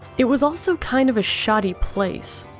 it was also kind of a shoddy place.